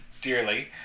dearly